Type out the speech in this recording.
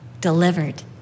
delivered